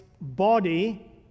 body